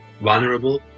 vulnerable